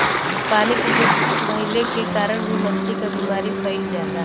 पानी प्रदूषित भइले के कारण भी मछली क बीमारी फइल जाला